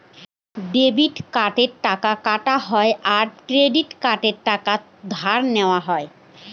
debit কার্ডে টাকা কাটা হয় আর ক্রেডিট কার্ডে টাকা ধার নেওয়া হয়